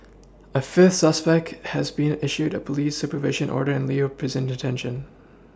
a fifth suspect has been issued a police supervision order in lieu prison detention